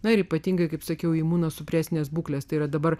na ir ypatingai kaip sakiau imunosupresinės būklės tai yra dabar